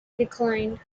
declined